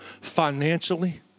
financially